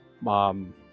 mom